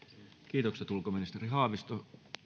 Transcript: kiitokset ulkoministeri haavisto